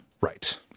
right